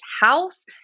house